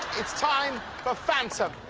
it is time for phantom.